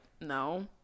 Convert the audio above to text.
no